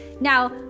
Now